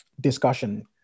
discussion